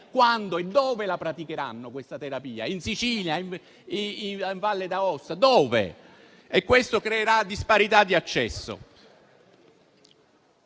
quando e dove la praticheranno? In Sicilia, in Valle d'Aosta? Dove? Questo creerà disparità di accesso.